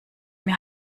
mir